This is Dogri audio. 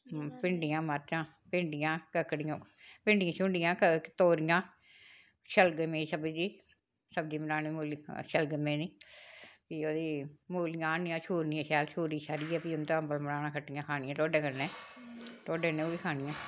भिंडियां मरचां भिंडियां ककड़ियां भिंडी शिंडियां तोरियां शलगम दी सब्ज़ी सब्जी बनानी मूली शलगमै दी फ्ही ओह्दी मूलियां आहननियां शैल शूरनियां शैल शूरी शारियै फ्ही उंदा अंबल खट्टियां खानियां टोडे कन्नै टोडे कन्नै ओह् बी खानियां